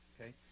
okay